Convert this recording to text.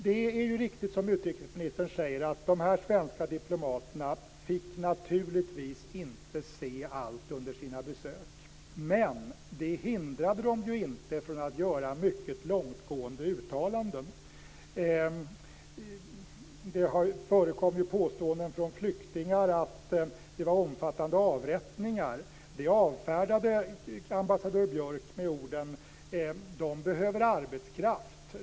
Det är riktigt, som utrikesministern säger, att de svenska diplomaterna naturligtvis inte fick se allt under sina besök. Men det hindrade dem inte från att göra mycket långtgående uttalanden. Det har förekommit påståenden från flyktingar att det var omfattande avrättningar. Det avfärdade ambassadör Björk med orden: De behöver arbetskraft.